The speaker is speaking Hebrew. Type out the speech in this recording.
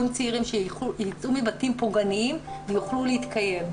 צעירים שיצאו מבתים פוגעניים ויוכלו להתקיים.